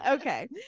Okay